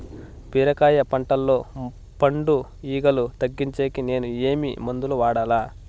బీరకాయ పంటల్లో పండు ఈగలు తగ్గించేకి నేను ఏమి మందులు వాడాలా?